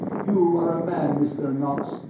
you are a man, mr. knox,